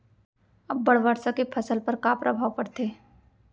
अब्बड़ वर्षा के फसल पर का प्रभाव परथे?